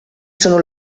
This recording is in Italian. sono